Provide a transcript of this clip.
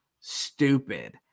stupid